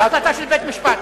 זו החלטה של בית-משפט.